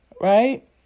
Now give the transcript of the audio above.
right